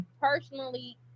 personally